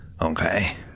okay